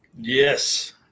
Yes